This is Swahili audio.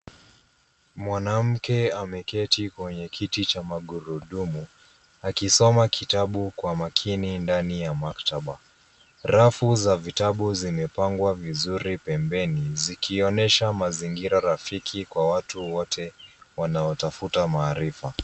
Mwanamke ameketi kwenye kiti cha magurudumu akisoma kitabu kwa makini ndani ya maktaba, rafu za vitabu zimepangwa vizuri pembeni zikionyesha mazingira rafiki kwa watu wote wanaotafuta maarifa.